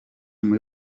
muri